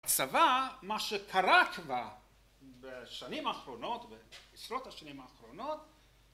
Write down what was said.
הצבא, מה שקרה כבר בשנים האחרונות, בעשרות השנים האחרונות...